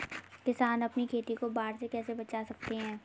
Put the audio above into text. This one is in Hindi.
किसान अपनी खेती को बाढ़ से कैसे बचा सकते हैं?